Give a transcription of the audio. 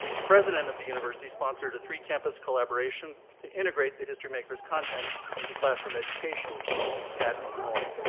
the president of the university sponsored a three campus collaboration to integrate the historymakers' content into classroom education at illinois.